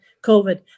COVID